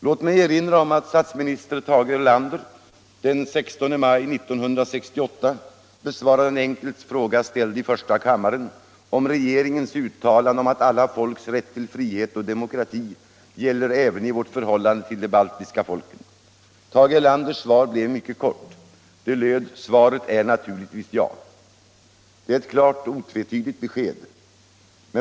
Låt mig erinra om att statsminister Tage Erlander den 16 maj 1968 besvarade en enkel fråga ställd i första kammaren om ”regeringens uttalande om alla folks rätt till frihet och demokrati gäller även i vårt förhållande till de baltiska folken”. Tage Erlanders svar blev mycket kort. Det löd: ”Svaret är naturligtvis ja.” Det var ett klart och otvetydigt besked.